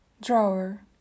drawer